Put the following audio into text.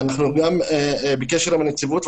אנחנו גם בקשר עם הנציבות,